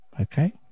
Okay